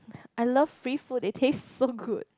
I love free food it taste so good